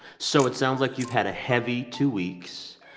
so it sounds like you've had a heavy two weeks.